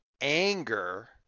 anger